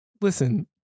listen